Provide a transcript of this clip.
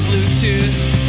Bluetooth